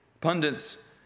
pundits